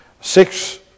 six